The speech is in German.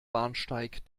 bahnsteig